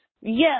Yes